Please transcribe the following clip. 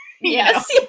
Yes